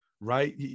right